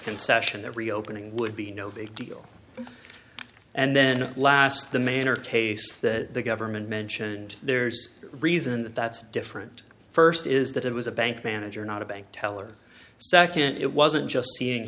concession that reopening would be no big deal and then last the manner case that the government mentioned there's a reason that that's different first is that it was a bank manager not a bank teller second it wasn't just seeing